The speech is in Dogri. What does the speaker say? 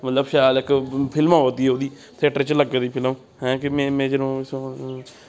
मतलब शैल इक फिल्म अवा दी ऐ ओह्दी थियेटर च लग्गी दी फिल्म हैं कि मेरे मेरे